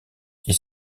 est